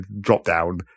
drop-down